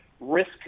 risk